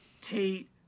Tate